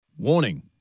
Warning